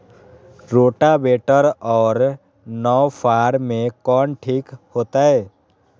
Rotavator और नौ फ़ार में कौन ठीक होतै?